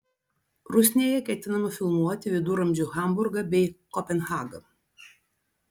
rusnėje ketinama filmuoti viduramžių hamburgą bei kopenhagą